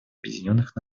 объединенных